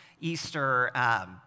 Easter